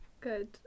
good